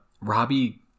robbie